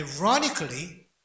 ironically